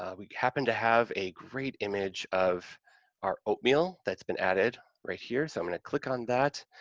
um we happen to have a great image of our oatmeal that's been added right here, so i'm going to click on that,